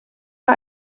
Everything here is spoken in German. war